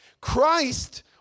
Christ